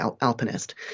alpinist